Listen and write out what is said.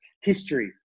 history